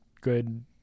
good